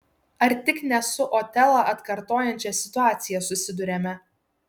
ar tik ne su otelą atkartojančia situacija susiduriame